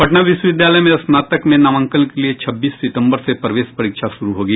पटना विश्वविद्यालय में स्नातक में नामांकन के लिये छब्बीस सितंबर से प्रवेश परीक्षा शुरू होगी